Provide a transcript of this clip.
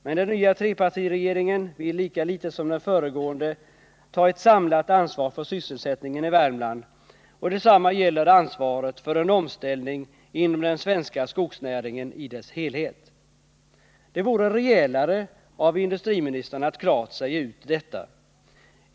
Men den nya trepartiregeringen vill lika litet som den föregående ta ett samlat ansvar för sysselsättningen i Värmland, och detsamma gäller ansvaret för en omställning inom den svenska skogsnäringen i dess helhet. Det vore rejälare av industriministern att klart säga ut detta.